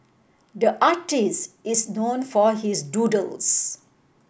the artist is known for his doodles